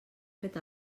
fet